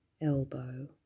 elbow